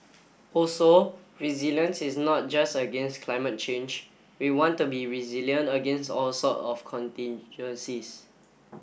also resilience is not just against climate change we want to be resilient against all sort of contingencies